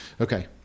Okay